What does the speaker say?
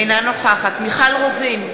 אינה נוכחת מיכל רוזין,